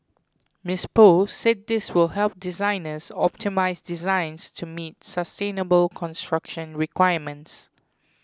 Miss Paul said this will help designers optimise designs to meet sustainable construction requirements